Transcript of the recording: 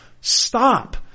stop